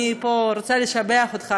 אני פה רוצה לשבח אותך,